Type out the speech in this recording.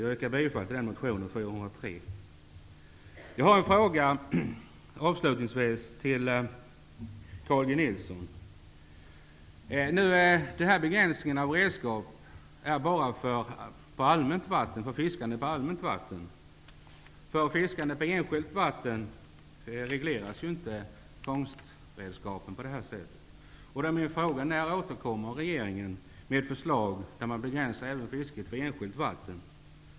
Jag yrkar bifall till motion 403. Jag har en fråga till Carl G Nilsson. Begränsningen av redskap gäller bara för fiske på allmänt vatten. Vid fiske på enskilt vatten regleras inte fångstredskapen på detta sätt. Min fråga är: När återkommer regeringen med förslag där man begränsar även fisket på enskilt vatten?